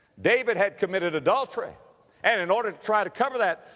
david had committed adultery and in order to try to cover that